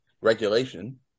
regulation